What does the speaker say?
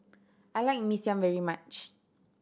I like Mee Siam very much